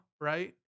right